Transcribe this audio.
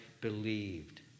believed